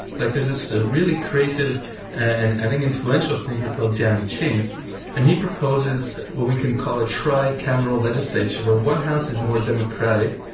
like there's so a really creative and and influential thinker called jiang qing and he proposes well we can call it tricameral legislature, where one house is more democratic,